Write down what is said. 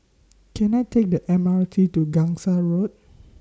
Can I Take The M R T to Gangsa Road